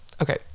Okay